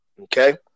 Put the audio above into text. Okay